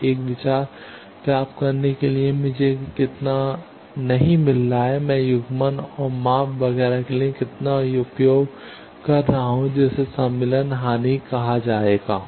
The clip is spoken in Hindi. तो एक विचार प्राप्त करने के लिए कि मुझे कितना नहीं मिल रहा है मैं युग्मन और माप वगैरह के लिए कितना उपयोग कर रहा हूं जिसे सम्मिलन हानि कहा जाता है